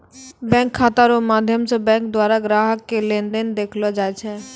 bank खाता रो माध्यम से बैंक द्वारा ग्राहक के लेन देन देखैलो जाय छै